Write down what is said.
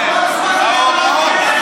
ההוראות.